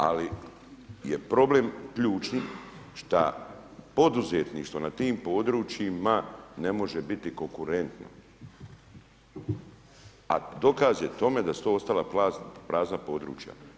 Ali je problem ključni šta poduzetništvo na tim područjima ne može biti konkurentno, a dokaz je tome da su to ostala prazna područja.